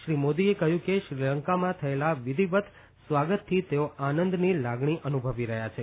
શ્રી મોદીએ કહ્યું કે શ્રીલંકામાં થયેલા વિધીવત સ્વાગતથી તેઓ આનંદની લાગણી અનુભવી રહ્યા છે